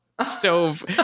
stove